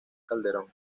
calderón